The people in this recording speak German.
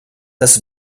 das